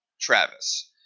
Travis